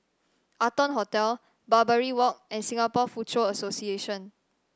Arton Hotel Barbary Walk and Singapore Foochow Association